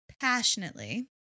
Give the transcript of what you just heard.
passionately